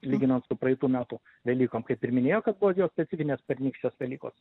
lyginant su praeitų metų velykom kaip ir minėjo kad buvo jos specifinės pernykščios velykos